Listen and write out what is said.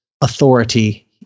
authority